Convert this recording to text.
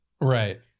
right